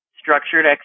structured